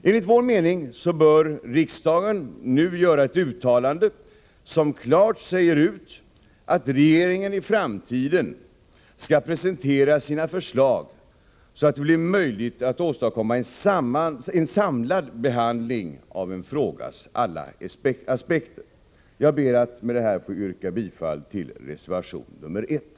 Enligt vår mening bör riksdagen nu göra ett uttalande, där det klart sägs ut att regeringen i framtiden skall presentera sina förslag så att det blir möjligt att åstadkomma en samlad behandling av en frågas alla aspekter. Med detta ber jag att få yrka bifall till reservation 1.